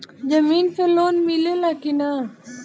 जमीन पे लोन मिले ला की ना?